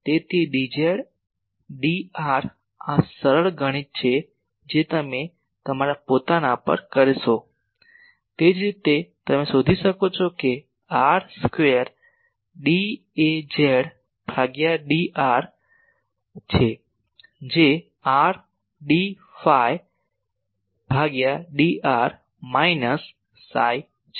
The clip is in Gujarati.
તેથી dz dr આ સરળ ગણિત છે જે તમે તમારા પોતાના પર કરી શકશો તે જ રીતે તમે શોધી શકો છો કે r સ્ક્વેર dAz ભાગ્યા dr છે જે r dψ ભાગ્યા dr માઈનસ સાઈ છે